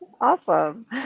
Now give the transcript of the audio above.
Awesome